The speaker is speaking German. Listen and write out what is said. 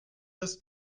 ist